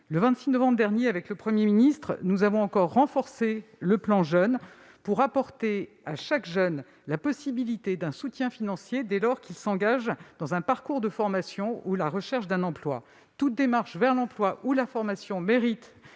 le 26 novembre dernier, le Premier ministre et moi-même avons encore renforcé le plan Jeunes, afin d'apporter à chaque jeune la possibilité d'un soutien financier, dès lors qu'il s'engage dans un parcours de formation ou dans la recherche d'un emploi. Toute démarche vers l'emploi ou vers la formation mérite